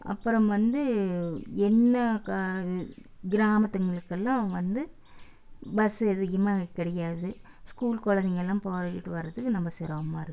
அப்புறம் வந்து என்ன கிராமத்துங்களுக்கு எல்லாம் வந்து பஸ்சு அதிகமாக கிடைக்காது ஸ்கூல் குழந்தைங்கயெல்லாம் போய்விட்டு வரதுக்கு ரொம்ப சிரமமாக இருக்கு